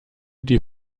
die